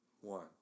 one